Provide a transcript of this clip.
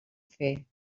fer